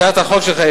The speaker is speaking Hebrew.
הצעת החוק שלך,